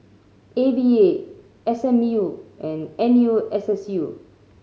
A V A S M U and N U S S U